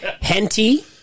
Henty